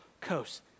Coast